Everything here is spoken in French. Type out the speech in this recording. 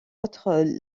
autres